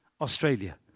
Australia